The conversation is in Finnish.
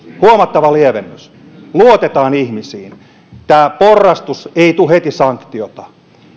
huomattava lievennys luotetaan ihmisiin on tämä porrastus ei tule heti sanktiota